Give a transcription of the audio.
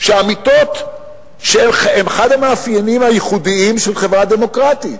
שאמיתות שהן אחד המאפיינים הייחודיים של חברה דמוקרטית,